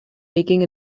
making